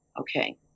okay